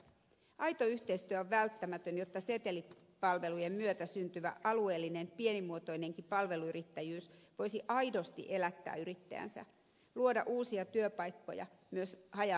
aito yhteistyö on välttämätön jotta setelipalvelujen myötä syntyvä alueellinen pienimuotoinenkin palveluyrittäjyys voisi aidosti elättää yrittäjänsä luoda uusia työpaikkoja myös haja asutusalueille